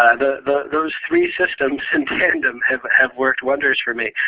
those three systems in tandem have have worked wonders for me.